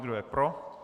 Kdo je pro?